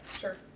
sure